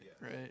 right